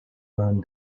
wound